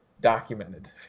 documented